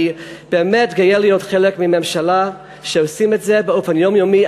אני באמת גאה להיות חלק מממשלה שעושה את זה באופן יומיומי.